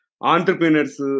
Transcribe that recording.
entrepreneurs